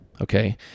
Okay